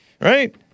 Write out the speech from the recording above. Right